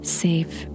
safe